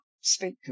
speak